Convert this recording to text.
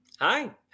Hi